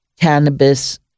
cannabis